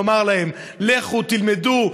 לומר להם: לכו תלמדו,